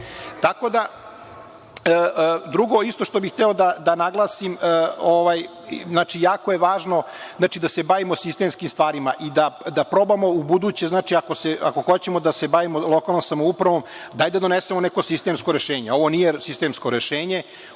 o tome. Drugo isto što bih hteo da naglasim, jako je važno znači da se bavimo sistemskim stvarima i da probamo ubuduće ako hoćemo da se bavimo lokalnom samoupravom daj da donesemo neko sistemsko rešenje. Ovo nije sistemsko rešenje,